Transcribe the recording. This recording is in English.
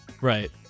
Right